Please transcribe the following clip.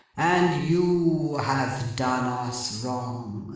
and you have done us wrong